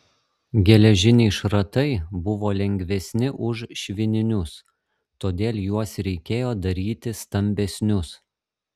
geležiniai šratai buvo lengvesni už švininius todėl juos reikėjo daryti stambesnius